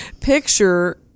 Picture